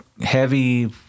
heavy